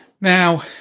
Now